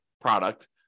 product